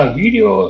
video